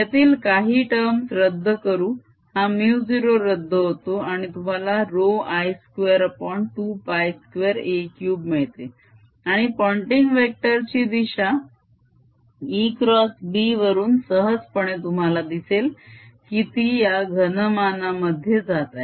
यातील काही टर्म्स रद्द करू हा μ0 रद्द होतो आणि तुम्हाला I222a3 मिळते आणि पोंटिंग वेक्टर ची दिशा ExB वरून सहजपणे तुम्हाला दिसेल की ती या घनमानमध्ये जात आहे